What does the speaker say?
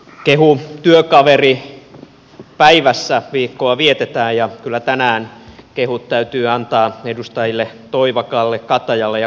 kehu työkaveri päivässä viikkoa vietetään ja kyllä tänään kehut täytyy antaa edustajille toivakka kataja ja kalmari